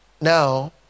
now